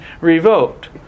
revoked